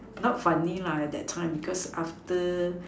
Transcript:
not funny lah at that time because after